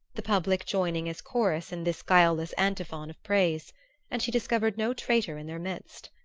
the public joining as chorus in this guileless antiphon of praise and she discovered no traitor in their midst.